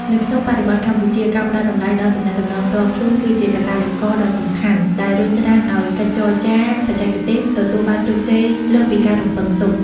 នៅក្នុងបរិបទកម្ពុជា ការផ្តល់តម្លៃដល់ទំនាក់ទំនងផ្ទាល់ខ្លួន គឺជាកាតាលីករដ៏សំខាន់ដែលរុញច្រានឱ្យកិច្ចចរចាបច្ចេកទេសទទួលបានជោគជ័យលើសពីការរំពឹងទុក។